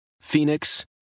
Phoenix